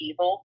evil